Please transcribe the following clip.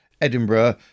Edinburgh